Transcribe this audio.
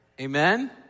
Amen